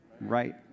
right